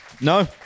No